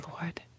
Lord